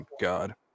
God